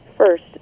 First